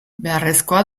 beharrezkoa